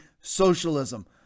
socialism